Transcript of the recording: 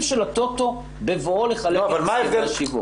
של הטוטו בבואו לחלק את הסכמי השיווק.